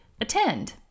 attend